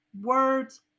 words